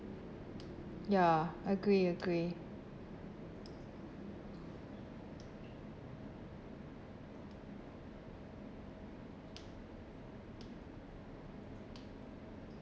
ya agree agree